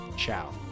Ciao